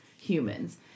humans